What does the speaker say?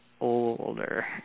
older